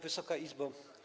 Wysoka Izbo!